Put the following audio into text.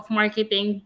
marketing